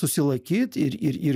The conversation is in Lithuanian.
susilaikyt ir ir ir